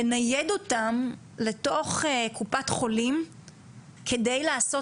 לנייד אותם לתוך קופת חולים כדי לעשות